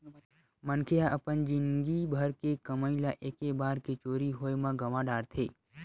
मनखे ह अपन जिनगी भर के कमई ल एके बार के चोरी होए म गवा डारथे